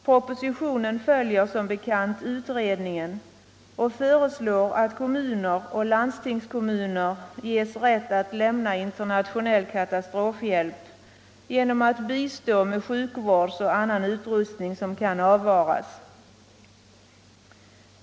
Propositionen följer som bekant utredningen och föreslår, att kommuner och landstingskommuner ges rätt att lämna internationell katastrofhjälp genom att bistå med sjukvårdseller annan utrustning som kan avvaras.